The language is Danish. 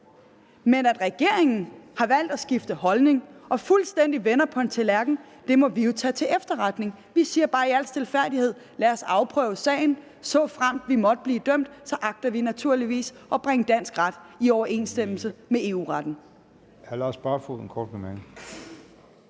Men at regeringen har valgt at skifte holdning og fuldstændig vender på en tallerken, må vi jo tage til efterretning. Vi siger bare i al stilfærdighed: Lad os afprøve sagen. Såfremt vi måtte blive dømt, agter vi naturligvis at bringe dansk ret i overensstemmelse med EU-retten.